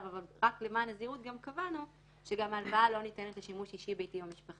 אבל יש מאפיינים שונים לשווקים השונים ויכול להיות מקרה